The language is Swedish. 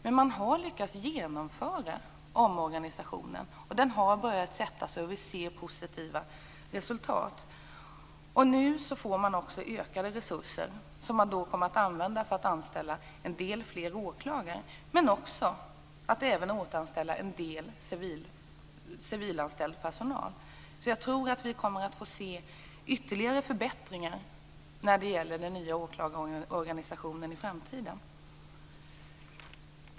Men man har lyckats genomföra omorganisationen, och den har börjat sätta sig. Vi ser positiva resultat. Nu får man ökade resurser, som man kommer att använda för att anställa fler åklagare och för att återanställa civil personal. Jag tror att vi kommer att få se ytterligare förbättringar när det gäller den nya åklagarorganisationen i framtiden.